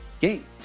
game